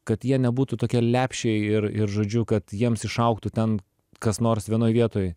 kad jie nebūtų tokie lepšiai ir ir žodžiu kad jiems išaugtų ten kas nors vienoj vietoj